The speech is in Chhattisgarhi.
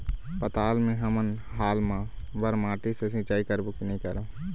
पताल मे हमन हाल मा बर माटी से सिचाई करबो की नई करों?